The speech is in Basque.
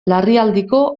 larrialdiko